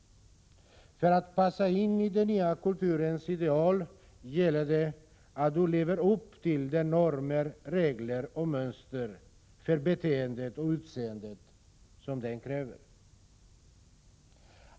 För att passa in i den nya kulturens ideal gäller det att du lever upp till de normer, regler och mönster för beteende och utseende som den kräver.